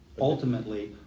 ultimately